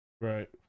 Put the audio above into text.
right